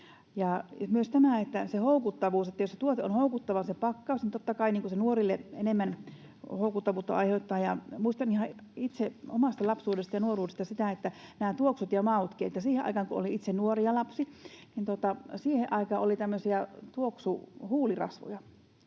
tästä houkuttavuudesta, että jos se tuote, se pakkaus on houkuttava, niin totta kai se nuorille enemmän houkuttavuutta aiheuttaa. Muistan ihan itse omasta lapsuudesta ja nuoruudesta, että nämä tuoksut ja mautkin... Siihen aikaan kun olin itse nuori ja lapsi, oli tämmöisiä tuoksuhuulirasvoja,